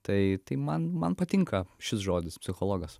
tai tai man man patinka šis žodis psichologas